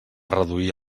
reduir